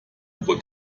pro